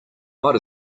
might